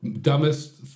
dumbest